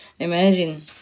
Imagine